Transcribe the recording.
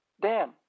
Dan